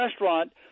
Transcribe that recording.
restaurant